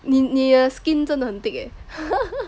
你你的 skin 真的很 thick eh